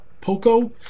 Poco